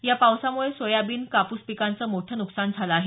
या पावसामुळे सोयाबीन कापूस पिकांचं मोठे नुकसान झालं आहे